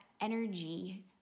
energy